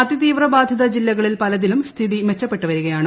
അതിതീവ്രബാധിത ജില്ലകളിൽ പലതിലും സ്ഥിതി മെച്ചപ്പെട്ടു വരികയാണ്